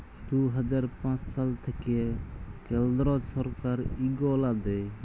দু হাজার পাঁচ সাল থ্যাইকে কেলদ্র ছরকার ইগলা দেয়